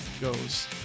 goes